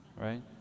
right